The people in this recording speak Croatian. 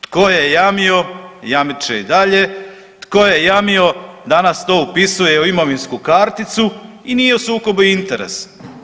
Tko je jamio, jamit će i dalje, tko je jamio, danas to upisuje u imovinsku karticu i nije u sukobu interesa.